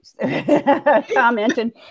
commenting